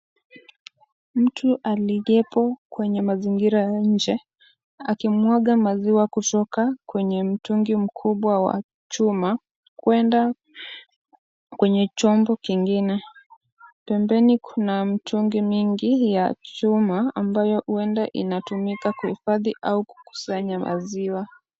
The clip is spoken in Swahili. Mtu aliyepo kwenye mazingira ya nje akimwaga maziwa kutoka kwenye mtungi mkubwa wa chuma, kwenda kwenye chombo kingine. Pembeni kuna mtungi mingi ya chuma, ambayo huenda inatumika kuhifadhi au kukusanya maziwa.